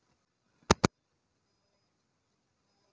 तुम्ही तुमच्या विकलेल्या शेअर्सचे शेअर प्रमाणपत्र काढू शकता